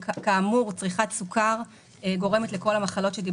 כאשר כאמור צריכת סוכר גורמת לכל המחלות שדיברנו עליהן.